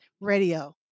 Radio